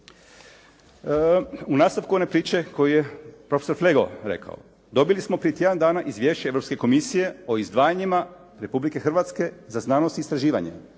U nastavku one priče koju je profesor Flego rekao. Dobili smo prije tjedan dana izvješće Europske komisije o izdvajanjima Republike Hrvatske za znanost i istraživanje.